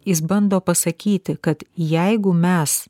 jis bando pasakyti kad jeigu mes